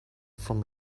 from